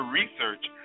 research